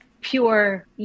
pure